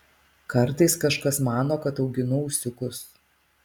kartais kažkas mano kad auginu ūsiukus